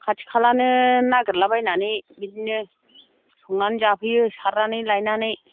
खाथिखालानो नागिरला बायनानै बिदिनो संनानै जाफैयो सारनानै लायनानै